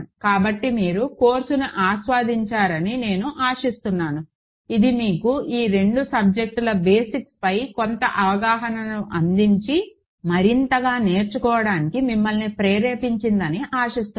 కాబట్టి మీరు కోర్సును ఆస్వాదించారని నేను ఆశిస్తున్నాను ఇది మీకు ఈ రెండు సబ్జెక్టుల బేసిక్స్పై కొంత అవగాహనను అందించి మరింతగా నేర్చుకోవడానికి మిమ్మల్ని ప్రేరేపించిందని ఆశిస్తున్నాను